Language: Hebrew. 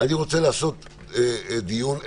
אני רוצה לעשות דיון אפקטיבי.